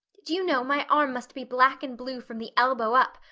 do you know, my arm must be black and blue from the elbow up,